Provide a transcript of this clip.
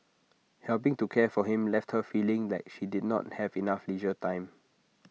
helping to care for him left her feeling like she did not have enough leisure time